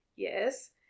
Yes